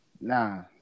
Nah